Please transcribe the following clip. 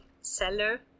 seller